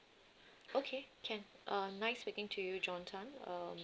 okay can uh nice speaking to you john tan um